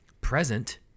present